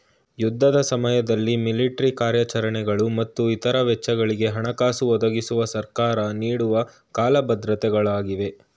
ಯುದ್ಧದ ಸಮಯದಲ್ಲಿ ಮಿಲಿಟ್ರಿ ಕಾರ್ಯಾಚರಣೆಗಳು ಮತ್ತು ಇತ್ರ ವೆಚ್ಚಗಳಿಗೆ ಹಣಕಾಸು ಒದಗಿಸುವ ಸರ್ಕಾರ ನೀಡುವ ಕಾಲ ಭದ್ರತೆ ಗಳಾಗಿವೆ